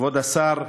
כבוד השר,